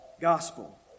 gospel